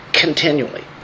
continually